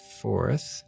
fourth